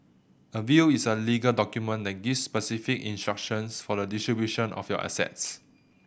a will is a legal document that gives specific instructions for the distribution of your assets